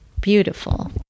beautiful